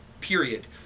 Period